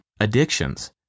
addictions